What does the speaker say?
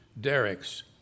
derricks